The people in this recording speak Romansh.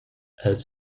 els